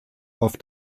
auf